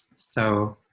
so